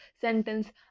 sentence